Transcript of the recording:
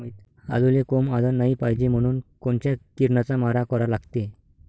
आलूले कोंब आलं नाई पायजे म्हनून कोनच्या किरनाचा मारा करा लागते?